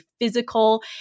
physical